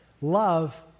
Love